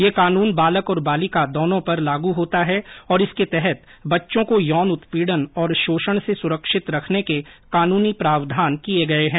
यह कानून बालक और बालिका दोनों पर लागू होता है और इसके तहत बच्चों को यौन उत्पीड़न और शोषण से सुरक्षित रखने के कानूनी प्रावधान किए गए हैं